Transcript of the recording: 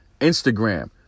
Instagram